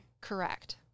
Correct